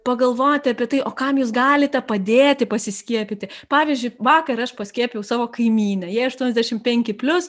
pagalvoti apie tai o kam jūs galite padėti pasiskiepyti pavyzdžiui vakar aš paskiepijau savo kaimynę jai aštuoniasdešimt penki plius